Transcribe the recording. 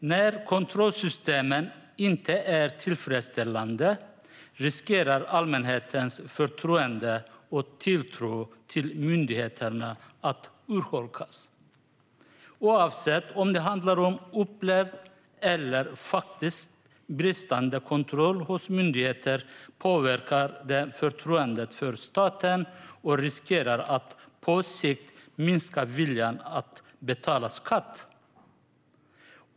- När kontrollsystemen inte är tillfredsställande riskerar allmänhetens förtroende och tilltro till myndigheterna att urholkas. Oavsett om det handlar om upplevd eller faktiskt bristande kontroll hos myndigheter påverkar det förtroendet för staten och riskerar att på sikt minska viljan att betala skatt.